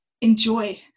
enjoy